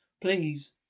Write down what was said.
Please